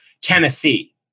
Tennessee